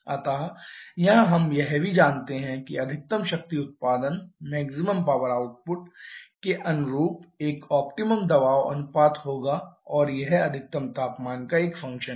अतः यहां हम यह भी जानते हैं कि अधिकतम शक्ति उत्पादन के अनुरूप एक ऑप्टिमम दबाव अनुपात होगा और यह अधिकतम तापमान का एक फंक्शन है